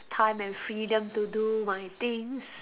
time and freedom to do my things